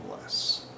less